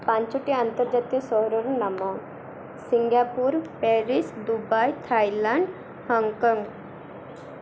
ପାଞ୍ଚଟି ଆନ୍ତର୍ଜାତୀୟ ସହରର ନାମ Singapore Paris Dubai Thailand Hong Kong